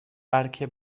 بلکه